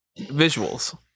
visuals